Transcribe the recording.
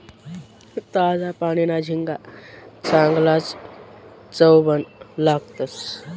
ताजा पानीना झिंगा चांगलाज चवबन लागतंस